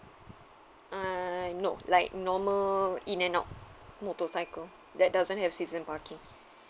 uh no like normal in and out motorcycle that doesn't have season parking